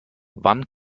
wann